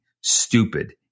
stupid